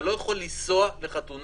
אתה לא יכול לנסוע לחתונה